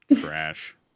Trash